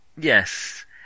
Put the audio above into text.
Yes